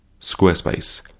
Squarespace